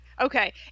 Okay